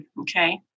Okay